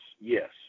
Yes